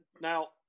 Now